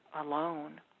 alone